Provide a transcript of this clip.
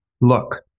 look